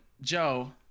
joe